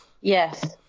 Yes